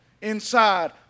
Inside